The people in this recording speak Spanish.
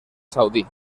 saudí